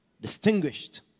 distinguished